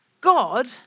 God